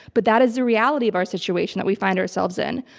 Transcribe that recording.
but that is the reality of our situation that we find ourselves in.